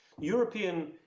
european